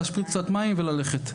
להשפריץ קצת מים וללכת.